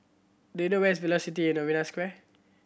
do you know where is Velocity at Novena Square